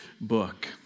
book